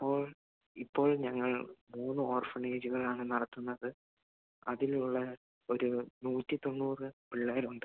ഇപ്പോൾ ഇപ്പോൾ ഞങ്ങൾ മൂന്ന് ഓർഫണേജ്കളാണ് നടത്തുന്നത് അതിലുള്ള ഒരു നൂറ്റി തൊണ്ണൂറ് പിള്ളേരുണ്ട്